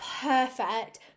perfect